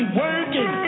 working